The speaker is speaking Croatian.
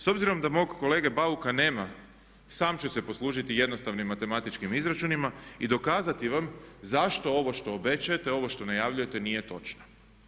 S obzirom da mog kolege Bauka nema sam ću se poslužiti jednostavnim matematičkim izračunima i dokazati vam zašto ovo što obećajete, ovo što najavljujete nije točno.